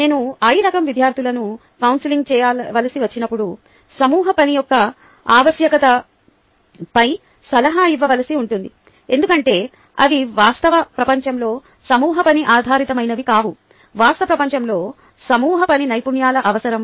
నేను I రకం విద్యార్థులను కౌన్సిలింగ్ చేయవలసి వచ్చినప్పుడు సమూహ పని యొక్క ఆవశ్యకతపై సలహా ఇవ్వవలసి ఉంటుంది ఎందుకంటే అవి వాస్తవ ప్రపంచంలో సమూహ పని ఆధారితమైనవి కావు వాస్తవ ప్రపంచంలో సమూహ పని నైపుణ్యాల అవసరం